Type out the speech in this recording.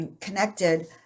connected